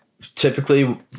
typically